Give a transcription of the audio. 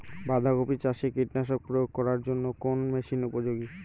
বাঁধা কপি চাষে কীটনাশক প্রয়োগ করার জন্য কোন মেশিন উপযোগী?